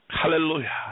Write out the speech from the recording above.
Hallelujah